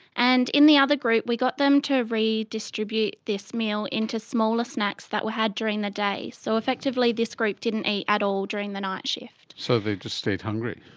and in the other group we got them to redistribute this meal into smaller snacks that were had during the day. so effectively this group didn't eat at all during the night shift. so they just stayed hungry.